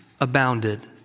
abounded